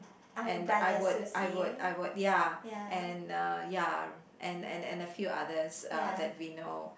and I would I would I would ya and uh ya and and and a few others that we know